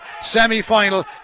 semi-final